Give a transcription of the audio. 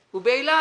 באילת.